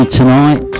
tonight